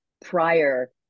prior